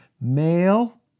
Male